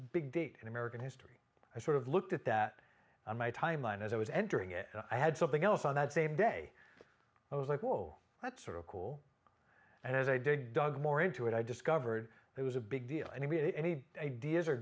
big date in american history i sort of looked at that on my timeline as i was entering it i had something else on that same day i was like whoa that's sort of cool and as i dig dug more into it i discovered there was a big deal and i mean any ideas or